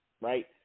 right